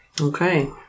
Okay